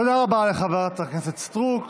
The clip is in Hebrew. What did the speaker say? תודה רבה לחברת הכנסת סטרוק.